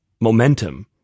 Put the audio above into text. momentum